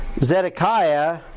Zedekiah